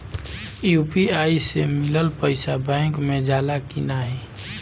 UPI से मिलल पईसा बैंक मे जाला की नाहीं?